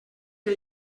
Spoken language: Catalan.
que